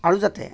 আৰু যাতে